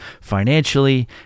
financially